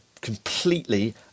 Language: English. completely